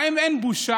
האם אין בושה?